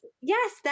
Yes